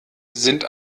sind